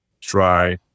try